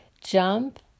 jump